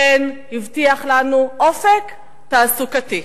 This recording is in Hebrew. כן הבטיח לנו אופק תעסוקתי.